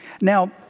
Now